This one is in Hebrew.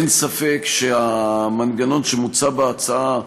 אין ספק שהמנגנון שמוצע בהצעה,